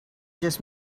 just